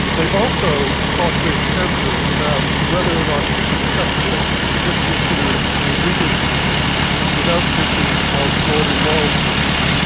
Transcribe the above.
they also thought very carefully about whether or not it's acceptable to just consider your legal position without thinking of broader moral positions.